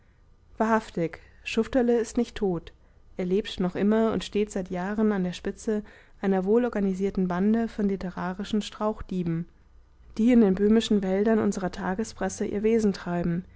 wahrhaftig schufterle ist nicht tot er lebt noch immer und steht seit jahren an der spitze einer wohlorganisierten bande von literarischen strauchdieben die in den böhmischen wäldern unserer tagespresse ihr wesen treiben